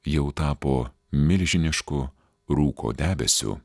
jau tapo milžinišku rūko debesiu